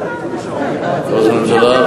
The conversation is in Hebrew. הממשלה,